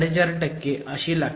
5 लागते